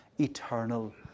eternal